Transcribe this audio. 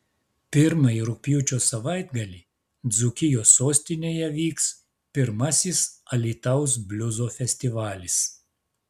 pirmąjį rugpjūčio savaitgalį dzūkijos sostinėje vyks pirmasis alytaus bliuzo festivalis